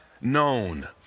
known